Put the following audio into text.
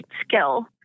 skill